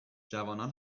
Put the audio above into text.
جوانان